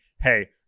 hey